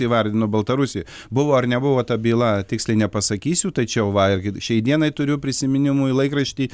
įvardino baltarusija buvo ar nebuvo ta byla tiksliai nepasakysiu tačiau va šiai dienai turiu prisiminimų laikrašty